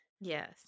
Yes